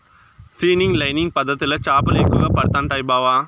seining lining పద్ధతిల చేపలు ఎక్కువగా పడుతండాయి బావ